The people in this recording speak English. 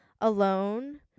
alone